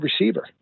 receiver